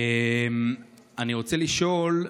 אני רוצה לשאול,